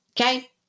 Okay